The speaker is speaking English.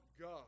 God